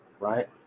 right